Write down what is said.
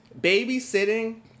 babysitting